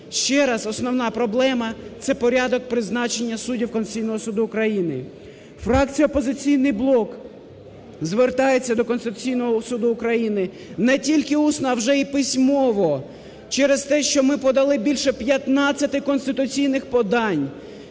Ще раз, основна проблема це порядок призначення суддів Конституційного Суду України. Фракція "Опозиційний блок" звертається до Конституційного Суду України не тільки усно, а вже і письмово, через те, що ми подали більше 15 конституційних подань,